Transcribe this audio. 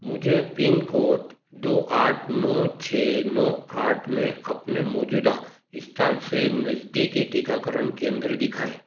मुझे pin code दो आठ नौ छः नौ आठ में अपने मौजूदा स्थान से नज़दीकी टीकाकरण केंद्र दिखाएँ